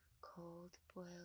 cold-boiled